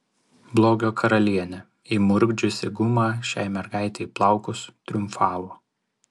blogio karalienė įmurkdžiusi gumą šiai mergaitei į plaukus triumfavo